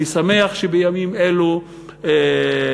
אני שמח שבימים אלו אומנם,